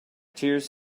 tears